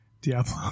Diablo